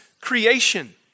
creation